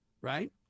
right